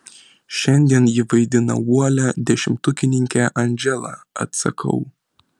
šiandien ji vaidina uolią dešimtukininkę andželą atsakau